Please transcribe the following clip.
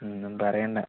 ഒന്നും പറയണ്ട